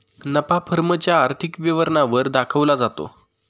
नफा फर्म च्या आर्थिक विवरणा वर दाखवला जातो